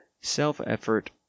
Self-effort